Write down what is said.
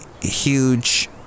Huge